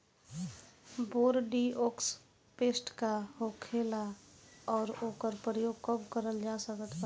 Bordeaux paste का होखेला और ओकर प्रयोग कब करल जा सकत बा?